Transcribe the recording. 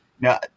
Now